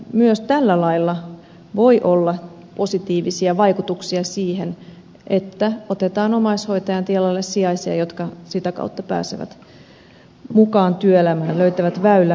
myös tällä työsopimuslailla voi olla positiivisia vaikutuksia siihen että otetaan omaishoitajan tilalle sijaisia jotka sitä kautta pääsevät mukaan työelämään löytävät väylän työelämään